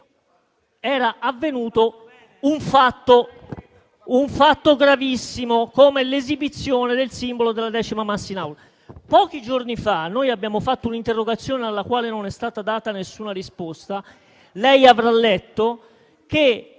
era avvenuto un fatto gravissimo come l'esibizione del simbolo della Decima Mas in Aula. Pochi giorni fa noi abbiamo fatto un'interrogazione alla quale non è stata data alcuna risposta. Lei avrà letto che